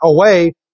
away